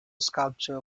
sculpture